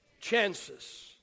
chances